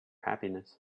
happiness